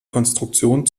konstruktion